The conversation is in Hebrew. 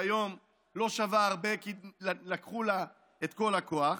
שהיום לא שווה הרבה כי לקחו לה את כל הכוח.